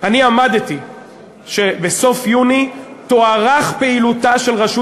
אני עמדתי על כך שבסוף יוני תוארך פעילותה של רשות